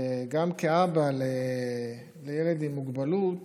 גם כאבא לילד עם מוגבלות